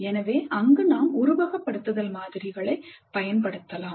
எனவே அங்கு நாம் உருவகப்படுத்துதல் மாதிரிகளைப் பயன்படுத்தலாம்